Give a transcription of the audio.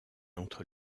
entre